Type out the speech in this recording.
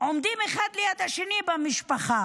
עומדים אחד לצד השני במשפחה,